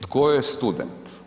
Tko je student?